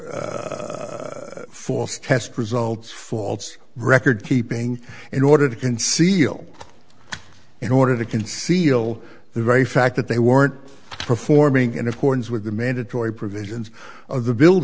false test results false record keeping in order to conceal in order to conceal the very fact that they weren't performing in accordance with the mandatory provisions of the build